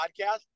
podcast